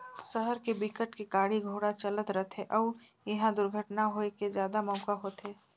सहर के बिकट के गाड़ी घोड़ा चलत रथे अउ इहा दुरघटना होए के जादा मउका होथे